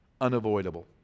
unavoidable